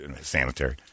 sanitary